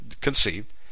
conceived